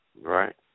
Right